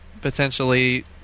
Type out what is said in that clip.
potentially